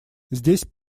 здесь